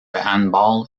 handball